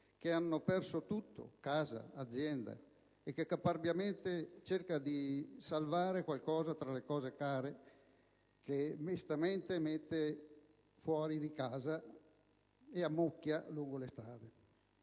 che hanno perso tutto (casa azienda) e che caparbiamente cercano di salvare qualcosa tra le cose care che mestamente mettono fuori di casa e ammucchiano lungo le strade.